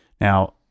Now